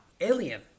Alien